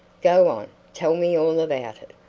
go on tell me all about it.